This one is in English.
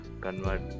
convert